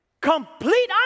Complete